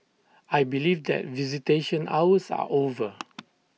I believe that visitation hours are over